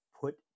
put